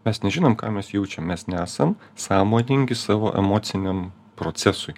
mes nežinom ką mes jaučiam mes nesam sąmoningi savo emociniam procesui